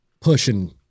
pushing